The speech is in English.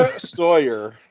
Sawyer